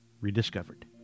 rediscovered